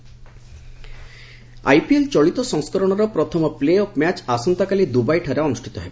IPL IPL ଚଳିତ ସଂସ୍କରଣର ପ୍ରଥମ ପ୍ଲେଅଫ୍ ମ୍ୟାଚ୍ ଆସନ୍ତାକାଲି ଦୁବାଇଠାରେ ଅନୁଷ୍ଠିତ ହେବ